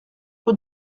rue